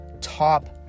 top